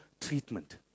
treatment